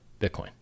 Bitcoin